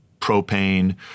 propane